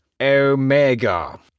Omega